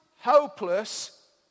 hopeless